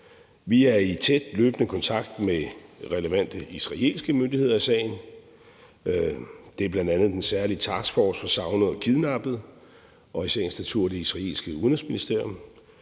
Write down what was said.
Vi er i tæt, løbende kontakt med relevante israelske myndigheder i sagen, og det er bl.a. den særlige taskforce for savnede og kidnappede, og det er i sagens natur det israelske udenrigsministerium,